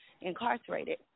incarcerated